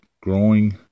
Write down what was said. growing